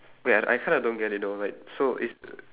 wait I I kinda don't get it though like so is